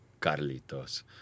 Carlitos